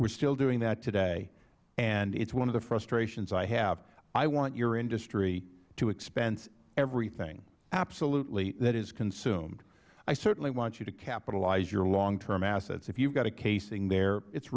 we're still doing that today and it's one of the frustrations i have i want your industry to expense everything absolutely that is consumed i certainly want you to capitalize your longterm assets if you've got a casing there it's